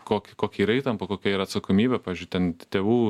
kokia kokia yra įtampa kokia yra atsakomybė pavyzdžiui ten tėvų